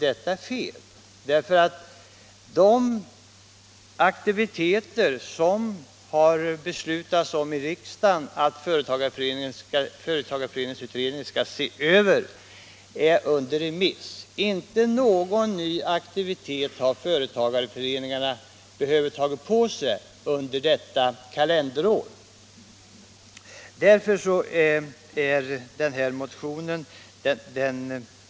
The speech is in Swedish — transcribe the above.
Detta är fel, därför att förslaget beträffande de aktiviteter som riksdagen har beslutat att företagareföreningsutredningen skall se över är under remissbehandling. Företagareföreningarna har inte behövt ta på sig någon ny aktivitet under detta kalenderår. Därför saknas grund för påståendet i motionen.